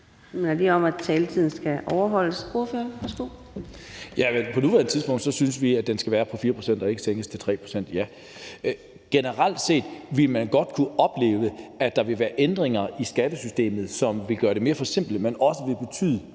lige minde om, at taletiden skal overholdes. Ordføreren, værsgo. Kl. 12:26 Lars Boje Mathiesen (NB): På nuværende tidspunkt synes vi, at den skal være på 4 pct. og ikke sænkes til 3 pct., ja. Generelt set ville man godt kunne opleve, at der vil være ændringer i skattesystemet, som vil gøre det mere forsimplet, men som for nogle vil betyde